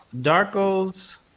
Darko's